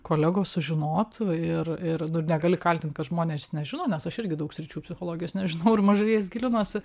kolegos sužinotų ir ir nu ir negali kaltint kad žmonės nežino nes aš irgi daug sričių psichologijos nežinau ir mažai į jas gilinuosi